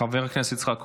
חבר הכנסת יצחק קרויזר,